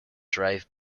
drive